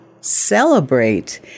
celebrate